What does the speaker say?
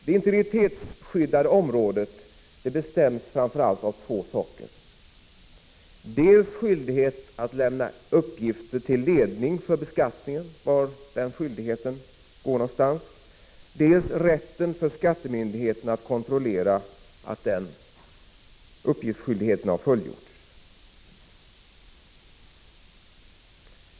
Det integritetsskyddade området bestäms framför allt av två saker: dels skyldigheten att lämna uppgifter till ledning för beskattningen — var nu 73 gränsen för den skyldigheten går någonstans —, dels rätten för skattemyndigheterna att kontrollera att uppgiftsskyldigheten har fullgjorts.